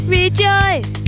rejoice